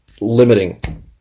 limiting